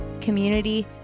community